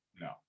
No